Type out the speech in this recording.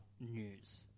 news